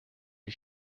die